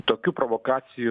tokių provokacijų